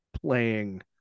playing